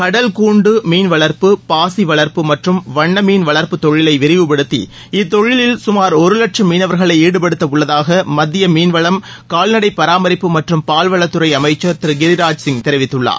கடல் கூண்டு மீன்வளர்ப்பு பாசி வளர்ப்பு மற்றும் வண்ண மீன் வளர்ப்புத் தொழிலை விரிவுபடுத்தி இத்தொழிலில் சுமார் ஒரு லட்சும் மீனவர்களை ஈடுபடுத்த உள்ளதாக மத்திய மீன்வளம் கால்நடை பராமரிப்பு மற்றும் பால்வளத்துறை அமைச்சர் திரு கிரிராஜ் சிங் தெரிவித்துள்ளார்